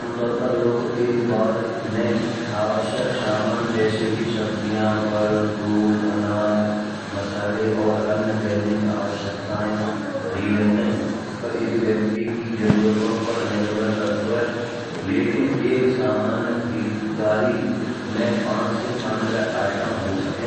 आमतौर पर लोग एक बार में आवश्यक सामान जैसे कि सब्ज़ियाँ, फल, दूध, अनाज, मसाले और अन्य दैनिक आवश्यकताएँ खरीदते। वहाँ एक व्यक्ति के जरुरतों पर निर्भर करतौ ह लेकिन एक सामान खरीदारी मा पाँच से पन्द्रह आइटम हो सके।